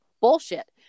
Bullshit